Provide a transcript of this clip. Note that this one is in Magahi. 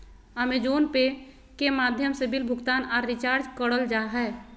अमेज़ोने पे के माध्यम से बिल भुगतान आर रिचार्ज करल जा हय